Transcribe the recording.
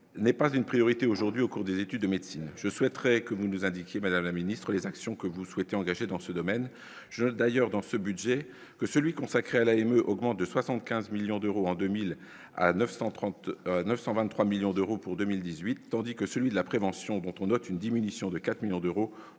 n'est pas une priorité, aujourd'hui, au cours des études de médecine, je souhaiterais que vous nous indiquer, madame la Ministre, les actions que vous souhaitez engager dans ce domaine je d'ailleurs dans ce budget que celui consacré à la AME augmente de 75 millions d'euros en 2000 à 930 923 millions d'euros pour 2018, tandis que celui de la prévention dont on note une diminution de 4 millions d'euros